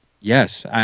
Yes